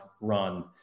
run